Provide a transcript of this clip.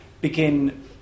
begin